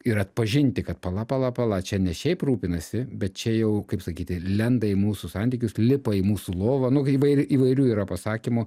ir atpažinti kad pala pala pala čia ne šiaip rūpinasi bet čia jau kaip sakyti lenda į mūsų santykius lipa į mūsų lovą nu įvairi ir įvairių yra pasakymų